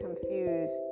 confused